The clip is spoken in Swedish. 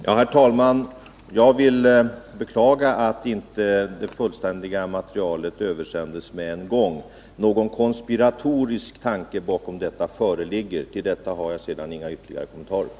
Herr talman! Jag beklagar att det fullständiga materialet inte översändes med en gång. Någon konspiratorisk tanke bakom detta förelåg dock inte. Härutöver har jag ingen ytterligare kommentar.